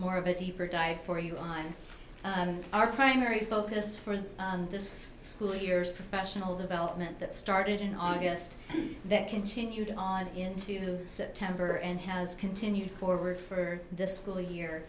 more of a deeper dive for you on our primary focus for this school year's professional development that started in august that continued on into september and has continued forward for this school year